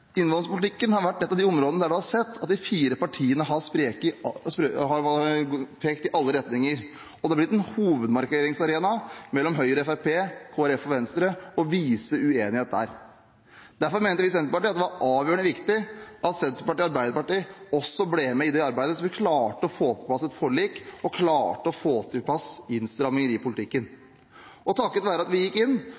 innvandringspolitikken har vært et av de områdene der man har sett at de fire partiene har pekt i alle retninger. Det har blitt en hovedmarkeringsarena for Høyre, Fremskrittspartiet, Kristelig Folkeparti og Venstre – å vise uenighet der. Derfor mente vi i Senterpartiet at det var avgjørende at Senterpartiet og Arbeiderpartiet også ble med i det arbeidet, slik at man klarte å få til et forlik og få på plass innstramninger i politikken. Takket være at vi gikk inn,